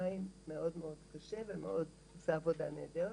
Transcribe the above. שנתיים מאוד מאוד קשה, ועושה עבודה נהדרת.